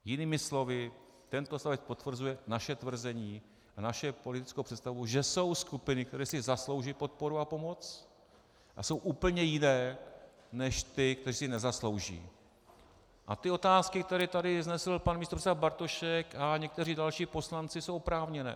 Jinými slovy, tento odstavec potvrzuje naše tvrzení a naše politickou představu, že jsou skupiny, které si zaslouží podporu a pomoc, a jsou úplně jiné než ty, kteří si ji nezaslouží, a ty otázky, které tady vznesl pan místopředseda Bartošek a někteří další poslanci, jsou oprávněné.